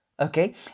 Okay